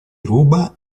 ruba